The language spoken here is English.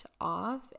off